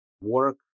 work